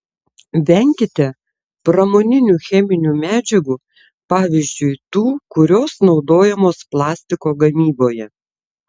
venkite pramoninių cheminių medžiagų pavyzdžiui tų kurios naudojamos plastiko gamyboje